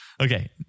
Okay